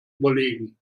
überlegen